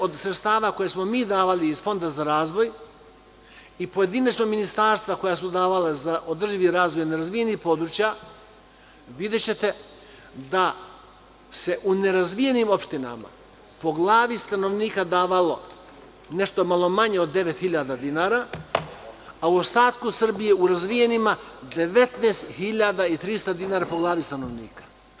Od sredstava koja smo mi davali iz Fonda za razvoj i pojedinačno ministarstva koja su davala za održivi razvoj nerazvijenih područja, videćete da se u nerazvijenim opštinama po glavi stanovnika davalo nešto malo manje od 9.000 dinara, a u ostatku Srbije u razvijenim 19.300 dinara po glavi stanovnika.